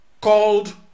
called